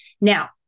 Now